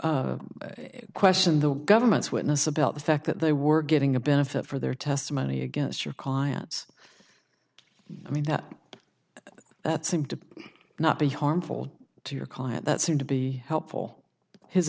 she questioned the government's witness about the fact that they were getting a benefit for their testimony against your clients i mean seemed to not be harmful to your client that seemed to be helpful his